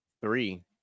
three